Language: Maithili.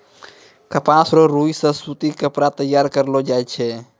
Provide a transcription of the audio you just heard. कपास रो रुई से सूती कपड़ा तैयार करलो जाय छै